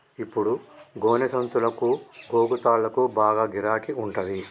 ఇప్పుడు గోనె సంచులకు, గోగు తాళ్లకు బాగా గిరాకి ఉంటంది